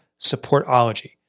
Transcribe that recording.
Supportology